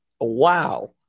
Wow